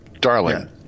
darling